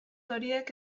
horiek